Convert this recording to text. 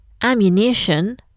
ammunition